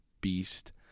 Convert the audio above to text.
beast